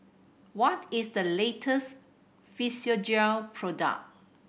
what is the latest Physiogel product